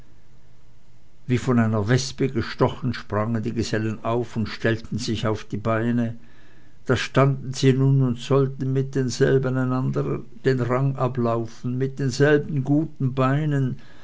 wie von einer wespe gestochen sprangen die gesellen auf und stellten sich auf die beine da standen sie nun und sollten mit denselben einander den rang ablaufen mit denselben guten beinen